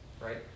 Right